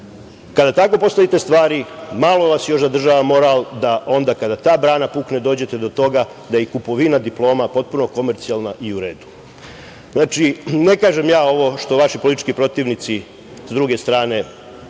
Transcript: Kada tako postavite stvari malo vas još zadržava moral, da onda kada ta brana pukne dođete do toga da je kupovina diploma potpuno komercijalna i u redu. Ne kažem ja ovo što vaši politički protivnici, s druge strane nekog